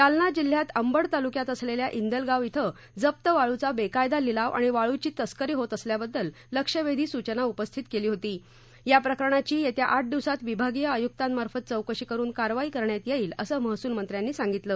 जालना जिल्ह्यात अंबड तालुक्यात असलेल्या इंदलगाव इथं जप्त वाळूचा बेकायदा लिलाव आणि वाळूची तस्करी होत असल्याबद्दल लक्षवेधी सूचना उपस्थित केली होती या प्रकरणाची येत्या आठ दिवसात विभागीय आयुक्तांमार्फत चौकशी करून कारवाई करण्यात येईल असं महसूल मंत्र्यांनी सांगितलं